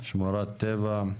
שמורות טבע,